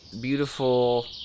beautiful